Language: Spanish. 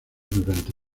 durante